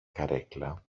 καρέκλα